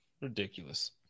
Ridiculous